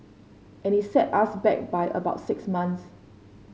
and it set us back by about six months